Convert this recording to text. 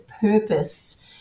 purpose